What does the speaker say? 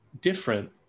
different